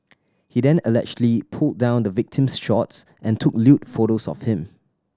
he then allegedly pulled down the victim's shorts and took lewd photos of him